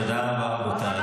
תודה רבה, רבותיי.